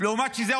ולעומת זאת,